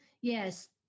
yes